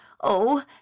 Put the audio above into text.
Oh